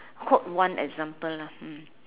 quote one example lah mm